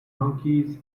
monkeys